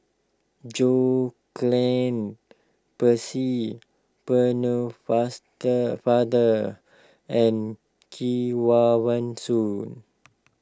John Clang Percy Faster Father and Kevavan Soon